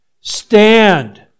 Stand